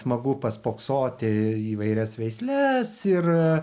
smagu paspoksoti į įvairias veisles ir